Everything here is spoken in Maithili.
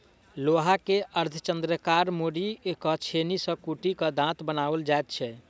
लोहा के अर्धचन्द्राकार मोड़ि क छेनी सॅ कुटि क दाँत बनाओल जाइत छै